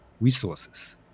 resources